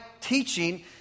teaching